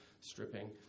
stripping